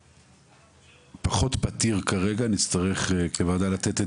זה פחות פתיר כרגע וכוועדה נצטרך לתת את